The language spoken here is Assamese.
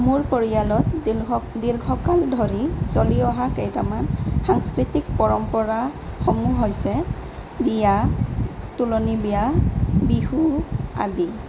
মোৰ পৰিয়ালত দীৰ্ঘ দীৰ্ঘকাল ধৰি চলি অহা কেইটামান সাংস্কৃতিক পৰম্পৰাসমূহ হৈছে বিয়া তোলনি বিয়া বিহু আদি